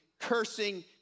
cursing